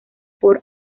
por